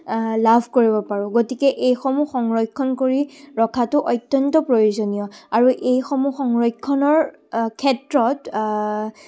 লাভ কৰিব পাৰোঁ গতিকে এইসমূহ সংৰক্ষণ কৰি ৰখাটো অত্যন্ত প্ৰয়োজনীয় আৰু এইসমূহ সংৰক্ষণৰ ক্ষেত্ৰত